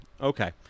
okay